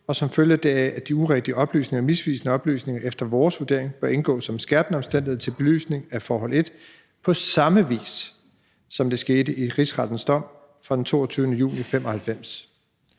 og som følge heraf, at de urigtige oplysninger og misvisende oplysninger efter vores vurdering bør indgå som skærpende omstændigheder til belysning af forhold 1 på samme vis, som det skete i Rigsrettens dom fra 22. juni 1995.«